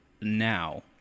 now